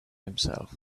himself